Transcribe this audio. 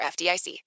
FDIC